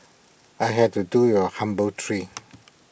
I had to do you A humble tree